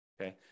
Okay